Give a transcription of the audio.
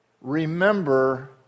Remember